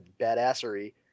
badassery